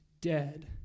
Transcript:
dead